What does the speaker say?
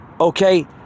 okay